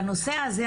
בנושא הזה,